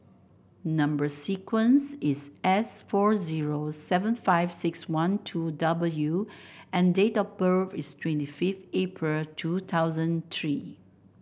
number sequence is S four zero seven five six one two W and date of birth is twenty five April two thousand three